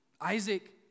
Isaac